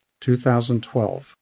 2012